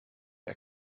der